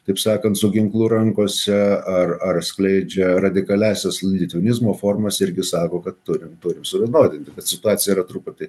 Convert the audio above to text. taip sakant su ginklu rankose ar ar skleidžia radikaliąsias litvinizmo formas irgi sako kad turim turim suvienodinti bet situacija truputį